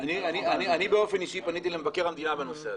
--- אני באופן אישי פניתי למבקר המדינה בנושא הזה.